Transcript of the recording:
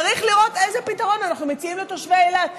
צריך לראות איזה פתרון אנחנו מציעים לתושבי אילת,